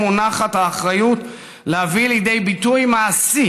מונחת האחריות להביא לידי ביטוי מעשי